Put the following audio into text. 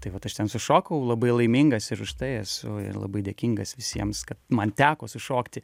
tai vat aš ten sušokau labai laimingas ir už tai esu labai dėkingas visiems kad man teko sušokti